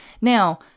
Now